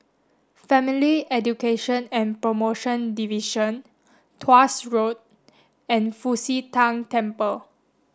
Family Education and Promotion Division Tuas Road and Fu Xi Tang Temple